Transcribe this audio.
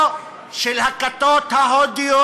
או של הכתות ההודיות,